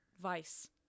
Vice